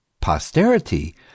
posterity